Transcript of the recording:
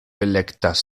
elektas